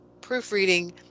proofreading